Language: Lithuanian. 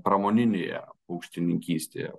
pramoninėje paukštininkystėje